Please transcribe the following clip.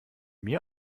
mir